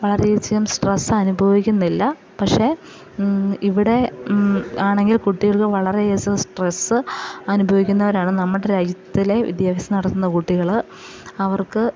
വളരെയധികം സ്ട്രെസ് അനുഭവിക്കുന്നില്ല പക്ഷേ ഇവിടെ ആണെങ്കിൽ കുട്ടികൾക്ക് വളരെയധികം സ്ട്രെസ് അനുഭവിക്കുന്നവരാണ് നമ്മുടെ രാജ്യത്തിലെ വിദ്യാഭ്യാസം നടത്തുന്ന കുട്ടികള് അവർക്ക്